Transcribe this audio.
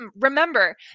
remember